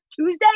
Tuesday